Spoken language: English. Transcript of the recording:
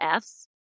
Fs